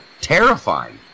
terrifying